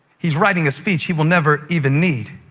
he's writing a speech he will never even need.